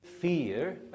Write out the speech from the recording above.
fear